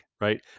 right